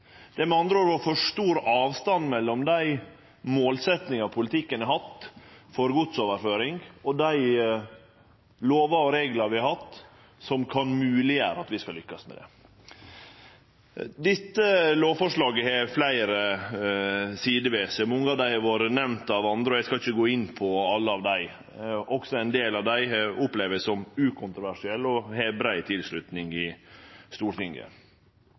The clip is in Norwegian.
Det har med andre ord vore for stor avstand mellom dei målsetjingane politikken har hatt for godsoverføring, og dei lovar og reglar vi har hatt, som kan mogleggjere at vi skal lykkast med det. Dette lovforslaget har fleire sider ved seg. Mange av dei har vore nemnde av andre, og eg skal ikkje gå inn på alle. Ein del av dei opplever eg også som ukontroversielle og med brei tilslutning i Stortinget.